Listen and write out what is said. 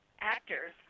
actors